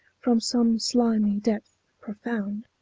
from some slimy depth profound,